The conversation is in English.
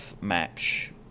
match